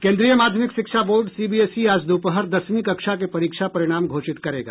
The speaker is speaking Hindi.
केन्द्रीय माध्यमिक शिक्षा बोर्ड सीबीएसई आज दोपहर दसवीं कक्षा के परीक्षा परिणाम घोषित करेगा